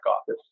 office